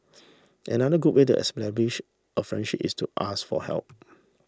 another good way to establish a friendship is to ask for help